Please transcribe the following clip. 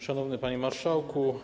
Szanowny Panie Marszałku!